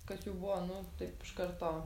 kad jau buvo nu taip iš karto